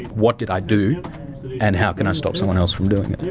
what did i do and how can i stop someone else from doing it,